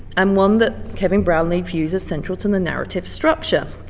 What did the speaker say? um one that kevin brownlee views as central to the narrative structure.